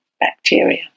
bacteria